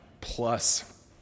plus